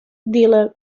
dealer